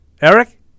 eric